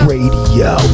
Radio